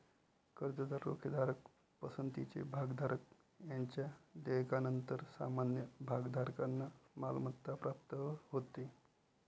कर्जदार, रोखेधारक, पसंतीचे भागधारक यांच्या देयकानंतर सामान्य भागधारकांना मालमत्ता प्राप्त होते